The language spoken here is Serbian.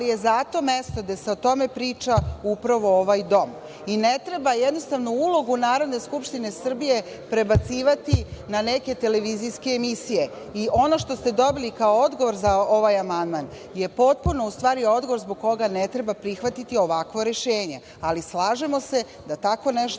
ali je zato mesto gde se o tome priča upravo ovaj dom. Ne treba, jednostavno ulogu Narodne skupštine prebacivati na neke televizijske emisije. Ono što ste dobili kao odgovor za ovaj amandman, je potpuno, u stvari, zbog koga ne treba prihvatiti ovakvo rešenje. Ali, slažemo se da tako nešto